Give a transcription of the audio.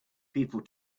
people